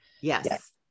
Yes